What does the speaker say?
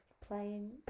playing